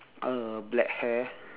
uh black hair